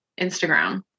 Instagram